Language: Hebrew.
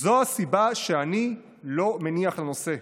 זו הסיבה שאני לא מניח לנושא.